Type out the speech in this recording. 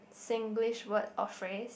Singlish word or phrase